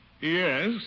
Yes